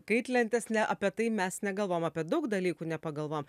kaitlentės ne apie tai mes negalvojam apie daug dalykų nepagalvojam